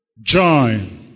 join